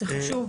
זה חשוב.